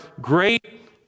great